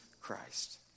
Christ